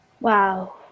Wow